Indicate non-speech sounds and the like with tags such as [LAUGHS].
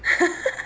[LAUGHS]